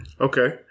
Okay